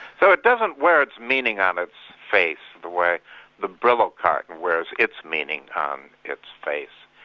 so it doesn't wear its meaning on its face the way the brillo carton wears its meaning on its face.